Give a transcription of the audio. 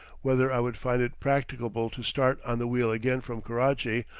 whether i would find it practicable to start on the wheel again from karachi,